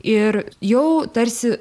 ir jau tarsi